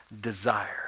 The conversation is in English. desire